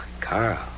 Carl